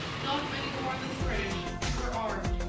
not many more than the british, who were armed,